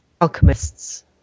alchemists